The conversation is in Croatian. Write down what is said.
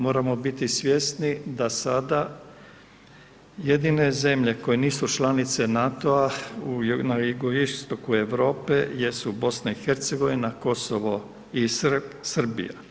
Moramo biti svjesni da sada jedine zemlje koje nisu članice NATO-a na jugoistoku Europe jesu BiH, Kosovo i Srbija.